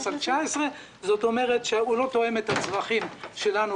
על 2019. זאת אומרת שהוא לא תואם את הצרכים שלנו,